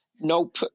Nope